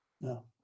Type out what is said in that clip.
No